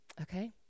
Okay